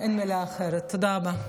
תודה רבה.